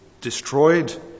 destroyed